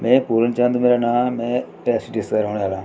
में पूर्ण चंद मेरा नाऽ में रियासी डिस्टिक रौह्ने आह्ला